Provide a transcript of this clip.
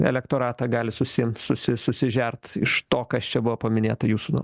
elektoratą gali susiimti susi susižert iš to kas čia buvo paminėta jūsų